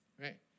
Right